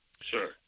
Sure